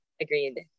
agreed